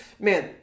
man